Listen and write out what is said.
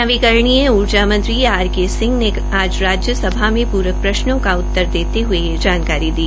नवीकरणीय ऊर्जा मंत्री आर के सिंह ने आज राज्यसभा में पूरक प्रश्नों का उत्तर देते ह्ये यह जानकारी दी